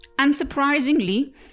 Unsurprisingly